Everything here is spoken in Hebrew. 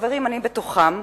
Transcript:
ואני בתוכם,